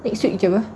next week jer apa